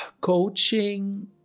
coaching